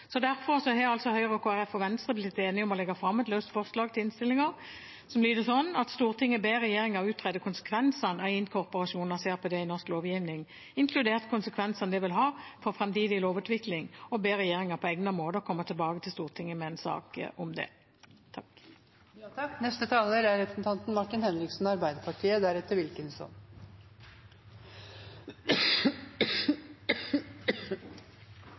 Derfor har Høyre, Kristelig Folkeparti og Venstre blitt enige om å legge fram et løst forslag til innstillingen som lyder sånn: «Stortinget ber regjeringen utrede konsekvensene av inkorporasjon av CRPD i norsk lovgivning, inkludert konsekvensene det vil ha for fremtidig lovutvikling, og ber regjeringen på egnet måte komme tilbake til Stortinget med en sak.» Først vil jeg takke for alt engasjementet som organisasjoner og enkeltpersoner har vist når de har fortalt oss hvordan deres hverdag er,